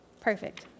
Perfect